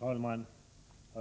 Herr talman!